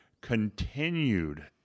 continued